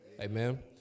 Amen